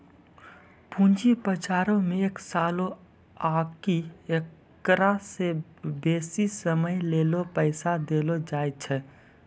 पूंजी बजारो मे एक सालो आकि एकरा से बेसी समयो लेली पैसा देलो जाय छै